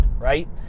right